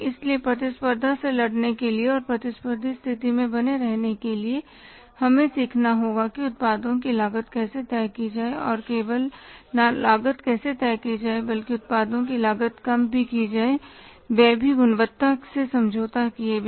इसलिए प्रतिस्पर्धा से लड़ने के लिए और प्रतिस्पर्धी स्थिति में बने रहने के लिए हमें सीखना होगा कि उत्पादों की लागत कैसे तय की जाए और न केवल लागत कैसे तय की जाए बल्कि उत्पादों की लागत कम भी की जाए वह भी गुणवत्ता से समझौता किए बिना